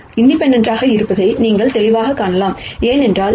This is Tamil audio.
எனவே இது உங்களுக்கு 4 4 ஐ வழங்கும் இதேபோல் 1 3 ஐ 2 முறை 1 1 1 முறை 1 1 என எழுதலாம்